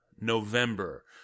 November